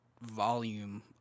volume